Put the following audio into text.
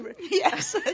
Yes